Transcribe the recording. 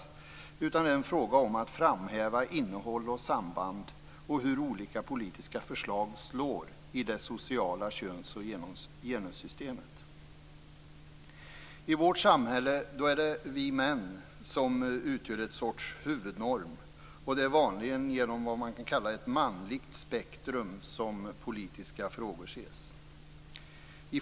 I stället är det fråga om att framhäva innehåll och samband samt hur olika politiska förslag slår i det sociala köns I vårt samhälle är det vi män som utgör en sorts huvudnorm. Det är vanligen genom ett manligt spektrum som politiska frågor ses.